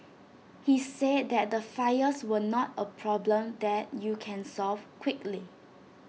he said that the fires were not A problem that you can solve quickly